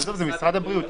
עזוב, משרד הבריאות.